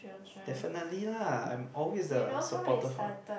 definitely lah I'm always the supportive what